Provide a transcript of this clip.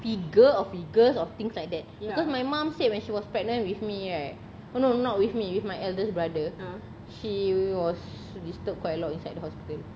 figure or figures of things like that because my mum said when she was pregnant with me right eh no not with me with my eldest brother she was disturbed quite a lot inside the hospital